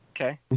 Okay